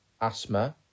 asthma